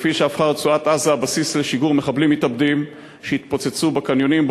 כפי שהפכה רצועת-עזה בסיס לשיגור מחבלים מתאבדים שיתפוצצו בקניונים,